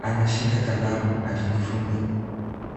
Anashika kalamu akijifunza.